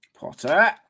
potter